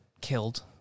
killed